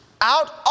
Out